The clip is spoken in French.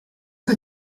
pas